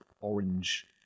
orange